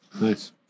Nice